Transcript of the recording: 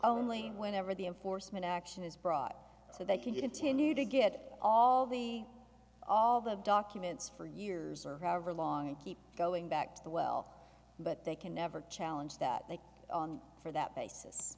only whenever the enforcement action is brought so they can continue to get all the all the documents for years or however long and keep going back to the well but they can never challenge that they for that basis